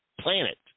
planet